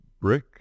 brick